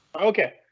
Okay